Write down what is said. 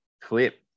clip